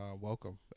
welcome